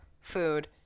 food